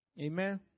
Amen